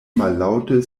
mallaŭte